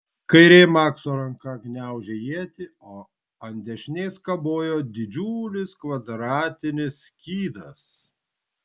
kairė makso ranka gniaužė ietį o ant dešinės kabojo didžiulis kvadratinis skydas